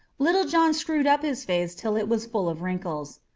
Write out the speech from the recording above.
little john screwed up his face till it was full of wrinkles.